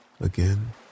again